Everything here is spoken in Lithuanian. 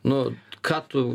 nu ką tu